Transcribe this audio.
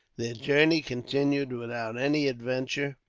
their journey continued without any adventure,